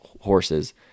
horses